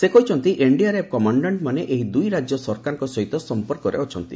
ସେ କହିଛନ୍ତି ଏନ୍ଡିଆର୍ଏଫ୍ କମାଣ୍ଡାଷ୍ଟମାନେ ଏହି ଦୁଇ ରାଜ୍ୟ ସରକାରଙ୍କ ସହିତ ସଂପର୍କରେ ଅଛନ୍ତି